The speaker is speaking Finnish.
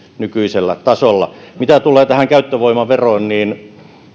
nykyisellä tasolla mitä tulee tähän käyttövoimaveroon niin